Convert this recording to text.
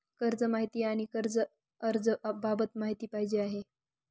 कर्ज माहिती आणि कर्ज अर्ज बाबत माहिती पाहिजे आहे